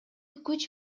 күч